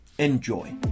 Enjoy